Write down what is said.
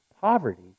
poverty